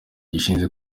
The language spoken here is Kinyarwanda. gishinzwe